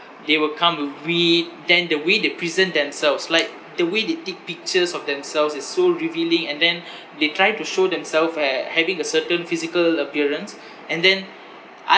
they will come to vid then the way they present themselves like the way they take pictures of themselves is so revealing and then they try to show themselves ha~ having a certain physical appearance and then I